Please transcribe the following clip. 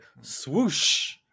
swoosh